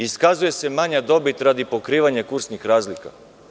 Iskazuje se manja dobit radi pokrivanja kursnih razlika.